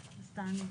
אז תעני.